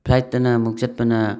ꯐ꯭ꯂꯥꯏꯠꯇꯅ ꯑꯃꯨꯛ ꯆꯠꯄꯅ